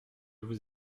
vous